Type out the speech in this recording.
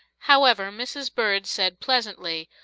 however, mrs. bird said, pleasantly,